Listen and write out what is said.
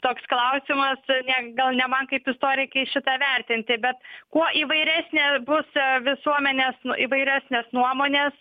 toks klausimas ne gal ne man kaip istorikei šitą vertinti bet kuo įvairesnė bus visuomenės įvairesnės nuomonės